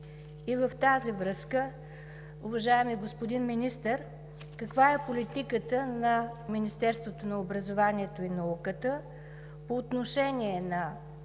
И в тази връзка, уважаеми господин Министър, каква е политиката на Министерството на образованието и науката по отношение,